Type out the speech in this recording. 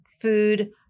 food